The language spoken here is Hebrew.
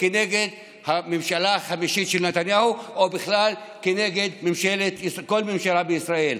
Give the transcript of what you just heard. נגד הממשלה החמישית של נתניהו או בכלל נגד כל ממשלה בישראל.